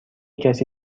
کسی